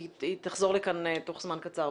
היא תחזור לכאן תוך זמן קצר.